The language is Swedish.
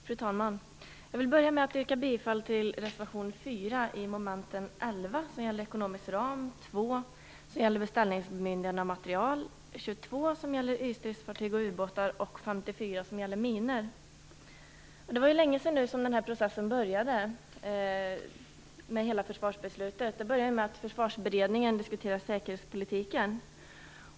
Fru talman! Jag vill börja med att yrka bifall till reservation 4 i mom. 11 som gäller ekonomisk ram, 2 Det är ju nu länge sedan processen inför försvarsbeslutet började. Det började med att Försvarsberedningen diskuterade säkerhetspolitiken.